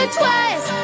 twice